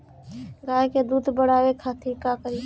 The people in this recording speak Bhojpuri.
गाय के दूध बढ़ावे खातिर का करी?